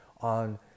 on